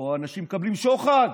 פה אנשים מקבלים שוחד,